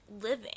living